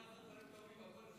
אפשר לעשות דברים טובים,